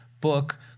book